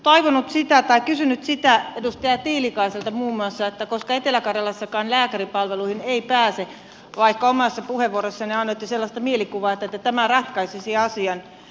nyt olisin kuitenkin kysynyt muun muassa edustaja tiilikaiselta siitä kun etelä karjalassakaan lääkäripalveluihin ei pääse vaikka omassa puheenvuorossanne annoitte sellaista mielikuvaa että tämä ratkaisisi asian